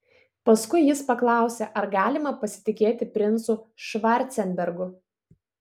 paskui jis paklausė ar galima pasitikėti princu švarcenbergu